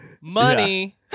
Money